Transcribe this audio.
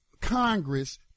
Congress